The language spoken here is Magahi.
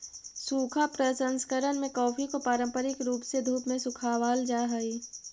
सूखा प्रसंकरण में कॉफी को पारंपरिक रूप से धूप में सुखावाल जा हई